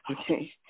okay